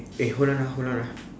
eh hold on ah hold on ah